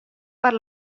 per